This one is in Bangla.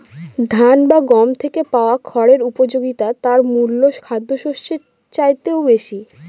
ধান বা গম থেকে পাওয়া খড়ের উপযোগিতা তার মূল খাদ্যশস্যের চাইতেও বেশি